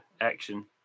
action